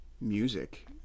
music